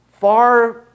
far